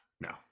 no